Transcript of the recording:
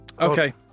Okay